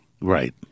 Right